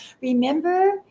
remember